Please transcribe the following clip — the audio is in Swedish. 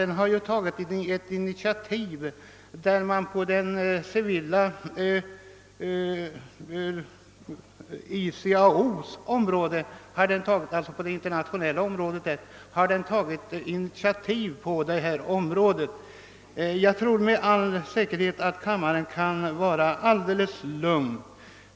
Den har ju tagit ett initiativ på det internationella planet, inom ICAO. Kammaren kan alltså med all säkerhet vara helt lugn.